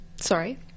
Sorry